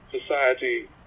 society